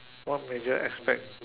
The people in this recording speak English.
what major aspect